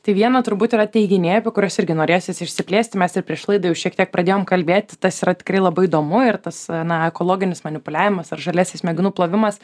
tai viena turbūt yra teiginiai apie kurias irgi norėsis išsiplėsti mes ir prieš laidą jau šiek tiek pradėjom kalbėt tas yra tikrai labai įdomu ir tas na ekologinis manipuliavimas ar žaliasis smegenų plovimas